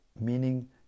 meaning